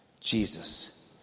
Jesus